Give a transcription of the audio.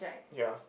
ya